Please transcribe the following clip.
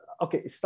Okay